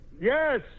Yes